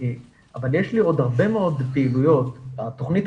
אבל יש לי עוד הרבה מאוד פעילויות תוכנית